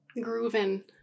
grooving